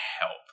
help